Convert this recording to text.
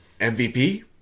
MVP